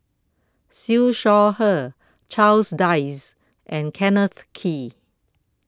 Siew Shaw Her Charles Dyce and Kenneth Kee